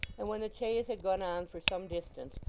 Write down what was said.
and when the chaise had gone on for some distance,